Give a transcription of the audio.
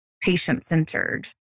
patient-centered